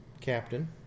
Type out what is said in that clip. captain